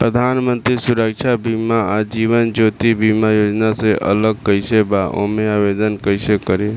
प्रधानमंत्री सुरक्षा बीमा आ जीवन ज्योति बीमा योजना से अलग कईसे बा ओमे आवदेन कईसे करी?